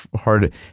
hard